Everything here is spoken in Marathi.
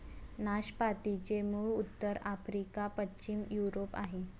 नाशपातीचे मूळ उत्तर आफ्रिका, पश्चिम युरोप आहे